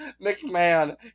McMahon